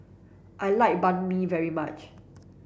I like Banh Mi very much